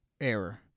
error